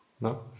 No